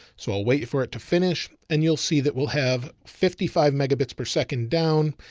so i'll wait for it to finish. and you'll see that we'll have fifty five megabits per second down.